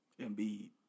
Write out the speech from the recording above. Embiid